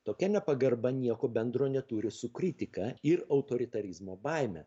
tokia nepagarba nieko bendro neturi su kritika ir autoritarizmo baime